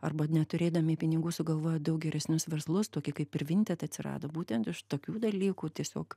arba neturėdami pinigų sugalvoja daug geresnius verslus tokie kaip ir vinted atsirado būtent iš tokių dalykų tiesiog